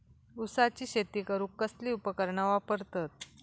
ऊसाची शेती करूक कसली उपकरणा वापरतत?